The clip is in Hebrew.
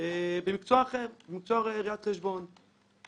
במקצוע אחר, במקצוע ראיית חשבון.